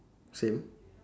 same